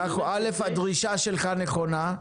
אל"ף הדרישה שלך נכונה,